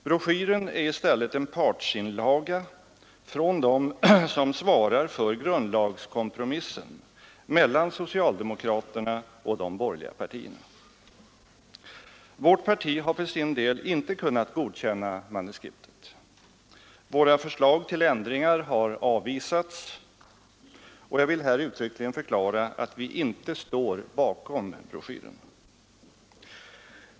Broschyren är i stället en partsinlaga från dem som svarar för grundlagskompromissen mellan socialdemokraterna och de borgerliga partierna. Vårt parti har för sin del inte kunnat godkänna manuskriptet. Våra förslag till ändringar har avvisats, och jag vill här uttryckligen förklara att vi inte står bakom broschyren.